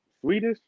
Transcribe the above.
Swedish